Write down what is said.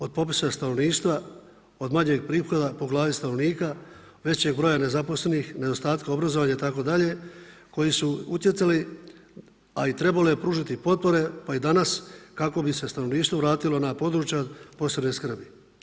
Od popisa stanovništva, od manjeg prihoda po glavi stanovnika, od većeg broja nezaposlenih, nedostatka obrazovanja itd. koji su utjecali, a i trebalo je pružiti potpore pa i danas, kako bi se stanovništvo vratilo na područja od posebne skrbi.